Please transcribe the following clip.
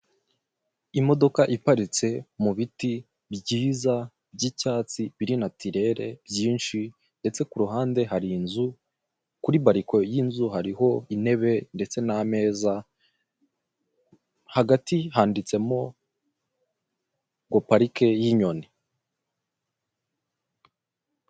Imodoka iparitse mu biti byiza by'icyatsi, biri natirere byinshi ndetse ku ruhande hari inzu, kuri bariko y'inzu hariho intebe ndetse n'ameza, hagati handitsemo ngo "parike y'inyoni".